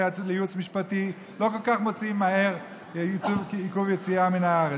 ייעוץ משפטי לא מוציאים כל כך מהר עיכוב יציאה מן הארץ.